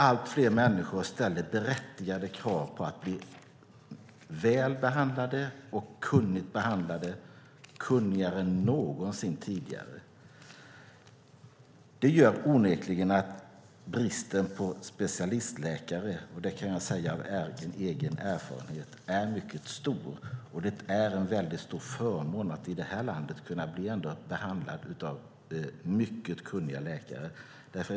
Allt fler människor ställer berättigade krav på att bli väl behandlade och kunnigt behandlade, kunnigare än någonsin tidigare. Det gör att bristen på specialistläkare, och där talar jag av egen erfarenhet, är mycket stor. Det är en mycket stor förmån att kunna bli behandlad av mycket kunniga läkare här i landet.